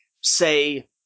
say